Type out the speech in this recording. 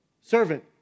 servant